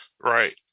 right